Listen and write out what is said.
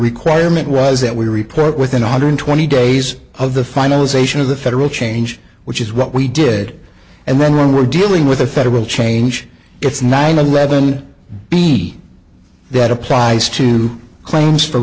requirement was that we report within one hundred twenty days of the finalization of the federal change which is what we did and then we're dealing with a federal change it's nine eleven b that applies to claims for